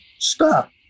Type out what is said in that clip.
stop